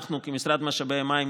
אנחנו כמשרד משאבי המים,